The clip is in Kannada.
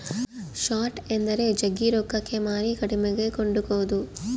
ಶಾರ್ಟ್ ಎಂದರೆ ಜಗ್ಗಿ ರೊಕ್ಕಕ್ಕೆ ಮಾರಿ ಕಡಿಮೆಗೆ ಕೊಂಡುಕೊದು